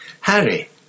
Harry